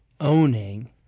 owning